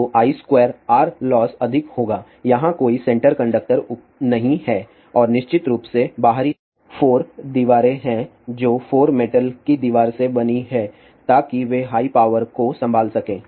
तो I2R loss अधिक होगा यहां कोई सेंटर कंडक्टर नहीं है और निश्चित रूप से बाहरी 4 दीवारें हैं जो 4 मेटल की दीवार से बनी हैं ताकि वे हाई पावर को संभाल सकें